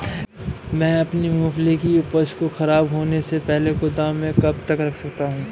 मैं अपनी मूँगफली की उपज को ख़राब होने से पहले गोदाम में कब तक रख सकता हूँ?